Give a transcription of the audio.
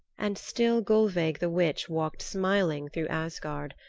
and still gulveig the witch walked smiling through asgard,